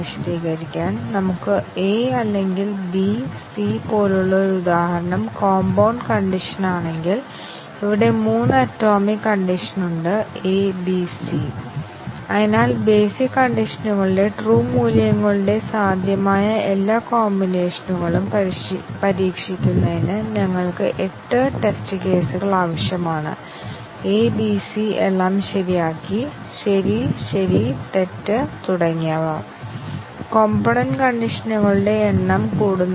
basic condition കവറേജിൽ ഒരു conditional എക്സ്പ്രെഷനിലെ ആറ്റോമിക് അവസ്ഥകൾ ശരിയും തെറ്റായ മൂല്യങ്ങളും കൈവരിക്കുന്നു കണ്ടീഷണൽ എക്സ്പ്രെഷനിലെ എല്ലാ ആറ്റോമിക് അവസ്ഥകളും ടെസ്റ്റ് കേസുകൾ നടപ്പിലാക്കുന്നതിലൂടെ ശരിയും തെറ്റായ മൂല്യങ്ങളും കണക്കാക്കുന്നു